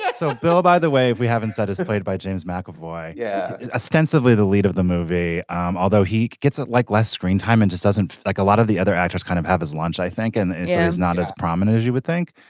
yeah so bill by the way if we haven't said as if played by james mcavoy yeah extensively the lead of the movie um although he gets it like less screen time and just doesn't like a lot of the other actors kind of have his lunch i think and it's yeah not as prominent as you would think.